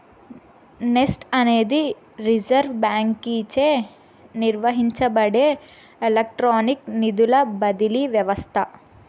NEFT అనేది reserve బాంకీచే నిర్వహించబడే ఎలక్ట్రానిక్ నిధుల బదిలీ వ్యవస్త